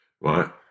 right